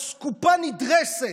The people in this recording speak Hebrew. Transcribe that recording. אסקופה נדרסת,